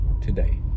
today